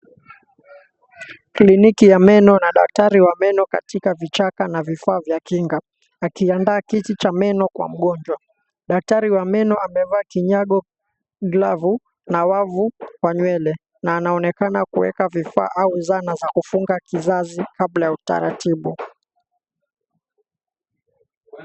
Kliniki ya meno na daktari wa meno katika vichaka na vifaa vya kinga, akiandaa kiti cha meno kwa mgonjwa. Daktari wa meno amevaa kinyago, glavu na wavu kwa nywele, na anaonekana kuweka vifaa au zana za kufunga kizazi kabla ya utaratibu.